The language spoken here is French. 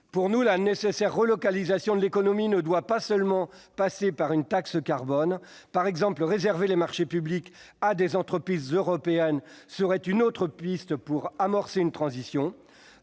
Pour nous, la nécessaire relocalisation de l'économie ne doit pas seulement passer par une taxe carbone. Ainsi, réserver les marchés publics à des entreprises européennes serait une autre piste pour amorcer une transition.